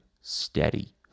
steady